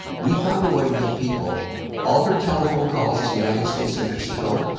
we found a way to give people all their telephone calls to united states and mexico,